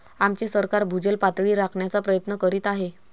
आमचे सरकार भूजल पातळी राखण्याचा प्रयत्न करीत आहे